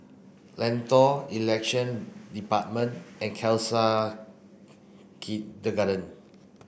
Lentor Election Department and Khalsa Kindergarten